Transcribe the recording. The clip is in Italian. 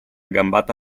gambata